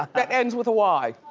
that ends with a y.